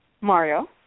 Mario